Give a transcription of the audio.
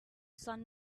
son